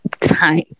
time